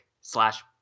slash